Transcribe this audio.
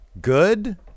good